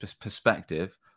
perspective